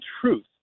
truth